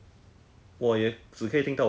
对 mah so recording 我的声音而已是 mah